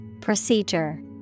Procedure